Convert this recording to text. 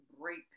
break